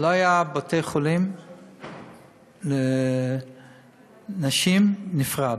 שלא היו בתי-חולים עם מחלקה לנשים בנפרד.